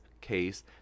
case